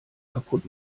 kaputt